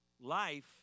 Life